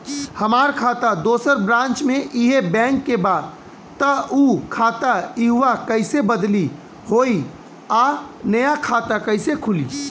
हमार खाता दोसर ब्रांच में इहे बैंक के बा त उ खाता इहवा कइसे बदली होई आ नया खाता कइसे खुली?